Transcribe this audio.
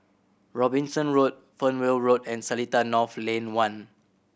Robinson Road Fernvale Road and Seletar North Lane One